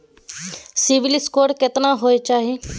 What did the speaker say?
CIBIL score केतना होय चाही?